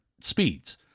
speeds